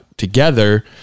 Together